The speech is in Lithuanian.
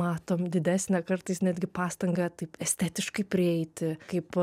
matom didesnę kartais netgi pastangą taip estetiškai prieiti kaip